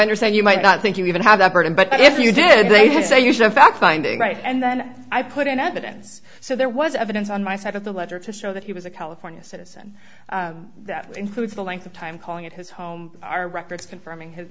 understand you might not think you even have that burden but if you did they say you should fact finding right and then i put in evidence so there was evidence on my side of the ledger to show that he was a california citizen that includes the length of time calling it his home our records confirming his